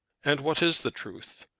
and what is the truth?